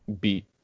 beat